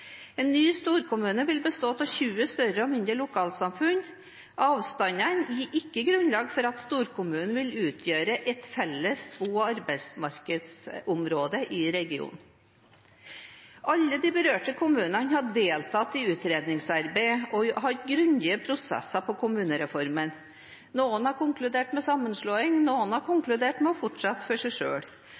En ny storkommune vil bestå av 20 større og mindre lokalsamfunn. Avstandene gir ikke grunnlag for at storkommunen vil utgjøre et felles bo- og arbeidsmarkedsområde i regionen. Alle de berørte kommunene har deltatt i utredningsarbeidet og hatt grundige prosesser på kommunereformen. Noen har konkludert med sammenslåing, og noen har konkludert med å fortsette for seg